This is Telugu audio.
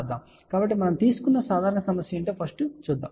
కాబట్టి మనం తీసుకున్న సాధారణ సమస్య ఏమిటో చూద్దాం